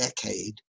decade